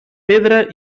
pedra